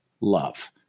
love